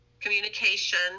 communication